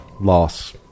Loss